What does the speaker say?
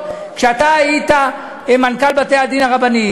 הרי הייתי גם סגן שר הדתות כשאתה היית מנכ"ל בתי-הדין הרבניים.